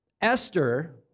Esther